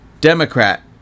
Democrat